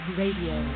radio